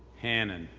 hannon,